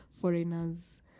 foreigners